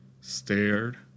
stared